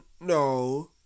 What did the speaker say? No